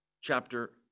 chapter